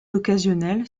occasionnelle